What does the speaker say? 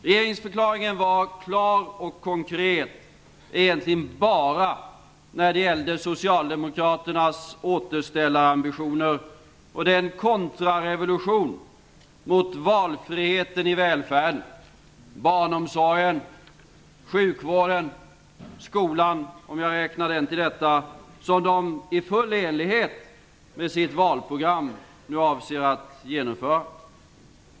Regeringsförklaringen var klar och konkret egentligen bara när det gällde socialdemokraternas återställarambitioner och den kontrarevolution mot valfriheten i välfärden - i barnomsorg, sjukvård och skola - som de i full enlighet med sitt valprogram nu avser att genomföra.